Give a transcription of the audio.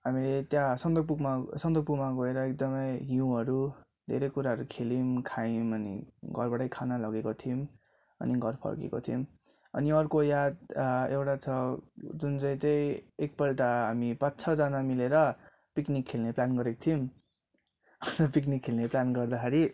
हामीले त्यहाँ सन्दकपुरमा सन्दकपुरमा गोएर एकदमै हिउँहरू धेरै कुराहरू खेल्यौँ खायौँ अनि घरबाटै खाना लगेको थियौँ अनि घर फर्केको थियौँ अनि अर्को याद एउटा छ जुनचाहिँ चाहिँ एकपल्ट हामी पाँच छजना मिलेर पिकनिक खेल्ने प्लान गरेको थियौँ पिकनिक खेल्ने प्लान गर्दाखेरि